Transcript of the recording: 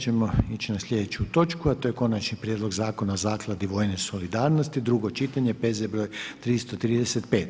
ćemo ići na sljedeću točku, a to je - Konačni prijedlog Zakona o zakladi vojne solidarnosti, drugo čitanje, P.Z. broj 335.